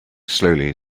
slowly